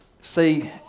See